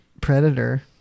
predator